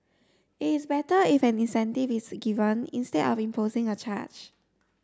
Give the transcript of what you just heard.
it is better if an incentive is given instead of imposing a charge